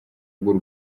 bw’u